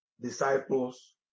disciples